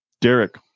Derek